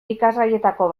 ikasgaietako